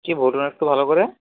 কী বলুন একটু ভালো করে